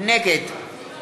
נגד